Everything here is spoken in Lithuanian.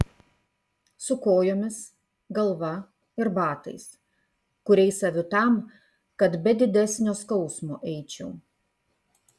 su kojomis galva ir batais kuriais aviu tam kad be didesnio skausmo eičiau